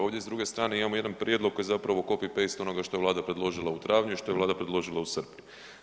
Ovdje s druge strane imamo jedan prijedlog koji je zapravo copy-paste onoga što je Vlada predložila u travnju i što je Vlada predložila u srpnju.